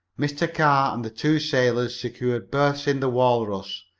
mr. carr and the two sailors secured berths in the walrus.